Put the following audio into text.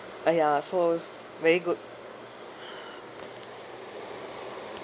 !aiya! so very good